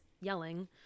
yelling